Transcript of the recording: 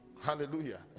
hallelujah